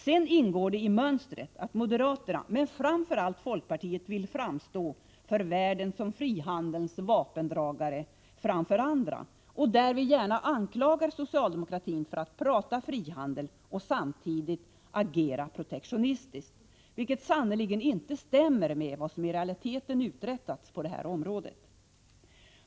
Sedan ingår det i mönstret att moderaterna, men framför allt folkpartiet, för världen vill framstå som frihandelns vapendragare framför andra och därvid gärna anklaga socialdemokratin för att tala om frihandel och samtidigt agera protektionistiskt, vilket sannerligen inte stämmer med vad som i realiteten uträttats på det här området.